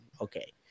Okay